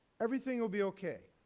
everything will be okay.